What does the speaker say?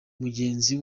mugenzi